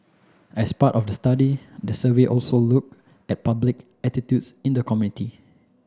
as part of the study the survey also look at public attitudes in the community